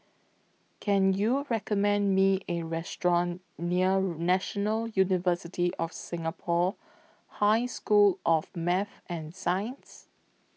Can YOU recommend Me A Restaurant near National University of Singapore High School of Math and Science